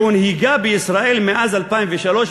שהונהגה בישראל מאז 2003,